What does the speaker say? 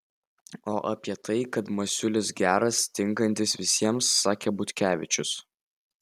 o apie tai kad masiulis geras tinkantis visiems sakė ir butkevičius